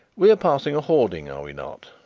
we are passing a hoarding, are we not?